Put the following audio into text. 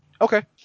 Okay